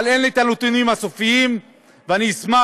אבל אין לי נתונים סופיים, ואני אשמח,